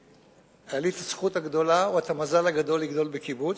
היתה לי הזכות הגדולה או המזל הגדול לגדול בקיבוץ.